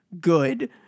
good